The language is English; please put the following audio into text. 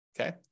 Okay